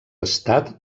estat